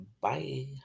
Bye